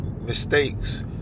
Mistakes